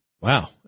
wow